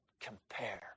compare